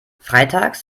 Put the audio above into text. freitags